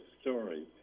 story